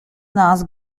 nas